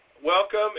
welcome